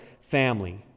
family